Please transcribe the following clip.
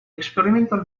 experimental